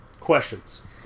questions